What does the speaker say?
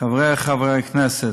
חברי חברי הכנסת,